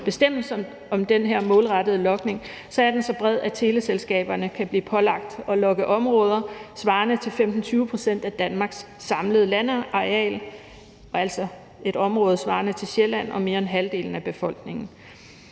bestemmelserne om den her målrettede logning, er den så bred, at teleselskaberne kan blive pålagt at logge områder svarende til 15-20 pct. af Danmarks samlede landareal, altså et område svarende til Sjælland og mere end halvdelen af befolkningen.